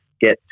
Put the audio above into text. get